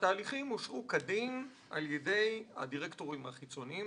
"התהליכים אושרו כדין על ידי הדירקטורים החיצוניים,